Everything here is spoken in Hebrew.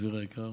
חברי היקר,